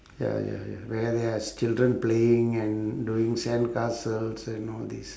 ya ya ya where there's children playing and doing sandcastles and all this